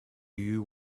you